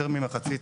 יותר ממחצית